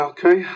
Okay